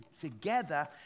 together